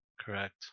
Correct